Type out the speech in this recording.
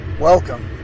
Welcome